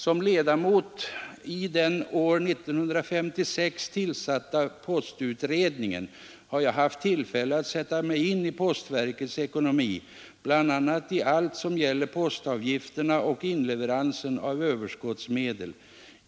Som ledamot i den år 1956 tillsatta postutredningen har jag haft tillfälle att sätta mig in i postverkets ekonomi — bl.a. i allt som gäller postavgifterna och inleveransen av överskottsmedel.